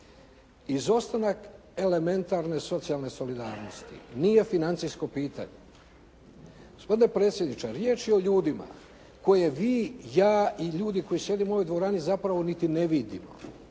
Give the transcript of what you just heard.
Izostanak elementarne socijalne solidarnosti nije financijsko pitanje. Gospodine predsjedniče, riječ je o ljudima koje vi, ja i ljudi koji sjedimo u ovoj dvorani zapravo niti ne vidimo.